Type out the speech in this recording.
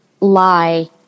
lie